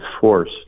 force